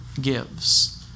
gives